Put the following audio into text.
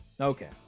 Okay